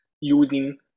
using